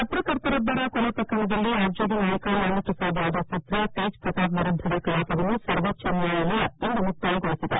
ಪರ್ತಕರ್ತರೊಬ್ಬರ ಕೊಲೆ ಪ್ರಕರಣದಲ್ಲಿ ಆರ್ಜೆಡಿ ನಾಯಕ ಲಾಲು ಪ್ರಸಾದ್ ಯಾದವ್ ಪುತ್ರ ತೇಜ್ ಪ್ರತಾಪ್ ವಿರುದ್ದದ ಕಲಾಪವನ್ನು ಸವೋಚ್ಲ ನ್ಯಾಯಾಲಯ ಇಂದು ಮುಕ್ತಾಯಗೊಳಿಸಿದೆ